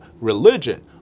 religion